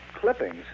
Clippings